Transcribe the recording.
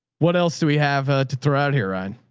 what else do we have to throw out here, ryan?